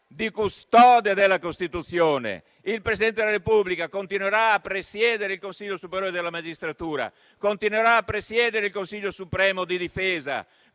di custode della Costituzione. Il Presidente della Repubblica continuerà a presiedere il Consiglio superiore della magistratura; continuerà a presiedere il Consiglio supremo di difesa;